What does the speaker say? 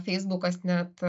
feisbukas net